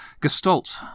gestalt